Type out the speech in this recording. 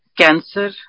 cancer